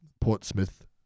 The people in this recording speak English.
Portsmouth